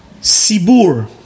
Sibur